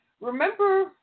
Remember